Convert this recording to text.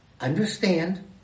Understand